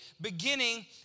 beginning